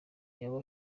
yoba